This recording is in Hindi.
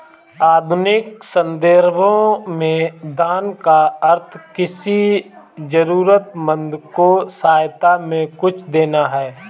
आधुनिक सन्दर्भों में दान का अर्थ किसी जरूरतमन्द को सहायता में कुछ देना है